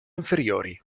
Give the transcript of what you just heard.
inferiori